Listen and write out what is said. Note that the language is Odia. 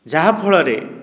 ଯାହା ଫଳରେ